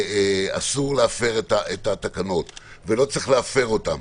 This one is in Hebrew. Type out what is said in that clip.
אסור להפר את התקנות ולא צריך להפר אותן.